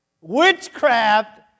Witchcraft